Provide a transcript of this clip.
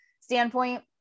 standpoint